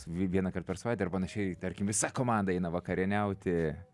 vi vienąkart per savaitę ar panašiai tarkim visa komanda eina vakarieniauti